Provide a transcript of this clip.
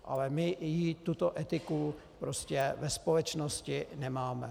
Ale my tuto etiku prostě ve společnosti nemáme.